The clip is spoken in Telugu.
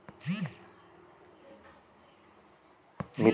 మిర్చి ఎకరానికి ఎట్లా పండుద్ధి?